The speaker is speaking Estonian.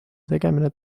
tegemine